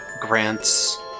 Grant's